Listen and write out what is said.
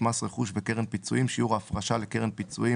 תקנות מס רכוש וקרן פיצויים (שיעור ההפרשה לקרן פיצויים),